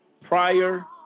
prior